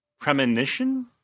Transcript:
premonition